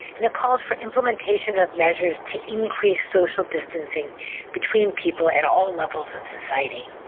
and it calls for implementation of measures to increase social distancing between people at all levels of society.